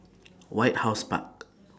White House Park